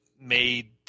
made